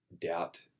doubt